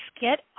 get